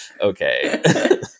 Okay